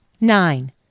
Nine